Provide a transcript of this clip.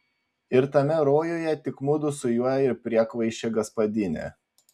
ir tame rojuje tik mudu su juo ir priekvaišė gaspadinė